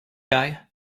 guy